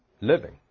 living